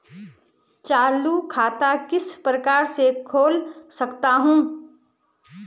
चालू खाता किस प्रकार से खोल सकता हूँ?